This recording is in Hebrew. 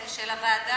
ושלישית,